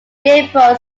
gamepro